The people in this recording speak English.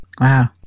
Wow